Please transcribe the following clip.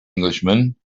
englishman